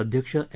अध्यक्ष एम